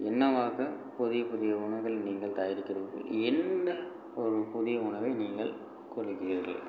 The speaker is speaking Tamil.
என்னவாக புதிய புதிய உணவுகள் நீங்கள் தயாரிக்கிறீர்கள் என்ன ஒரு புதிய உணவை நீங்கள் உட்கொள்கிறீர்கள்